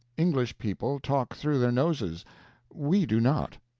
english people talk through their noses we do not.